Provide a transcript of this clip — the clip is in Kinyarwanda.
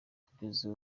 kugeza